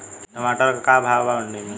टमाटर का भाव बा मंडी मे?